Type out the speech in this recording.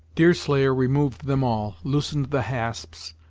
deerslayer removed them all, loosened the hasps,